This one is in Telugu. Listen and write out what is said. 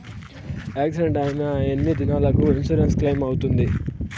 యాక్సిడెంట్ అయిన ఎన్ని దినాలకు ఇన్సూరెన్సు క్లెయిమ్ అవుతుంది?